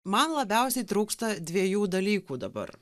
man labiausiai trūksta dviejų dalykų dabar